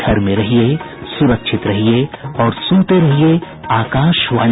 घर में रहिये सुरक्षित रहिये और सुनते रहिये आकाशवाणी